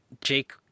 jake